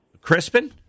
Crispin